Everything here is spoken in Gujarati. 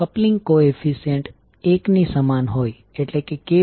કપ્લીંગ કોએફીસીઅન્ટ એક ની સમાન હોય k1 3